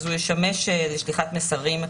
הוא ישמש לשליחת מסרים,